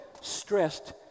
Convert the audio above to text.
stressed